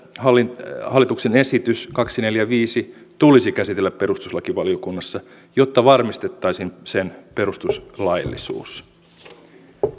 hallituksen esitys kaksisataaneljäkymmentäviisi tulisi käsitellä perustuslakivaliokunnassa jotta varmistettaisiin sen perustuslaillisuus